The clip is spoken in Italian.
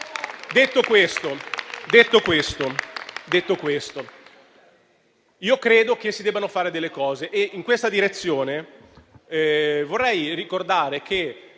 Detto questo, io credo che si debbano fare delle cose e in questa direzione vorrei ricordare che